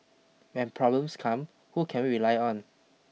when problems come who can we rely on